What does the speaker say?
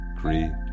greed